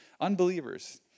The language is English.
unbelievers